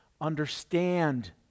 understand